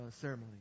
ceremony